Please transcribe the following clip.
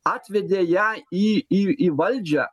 atvedė ją į į į valdžią